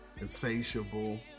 insatiable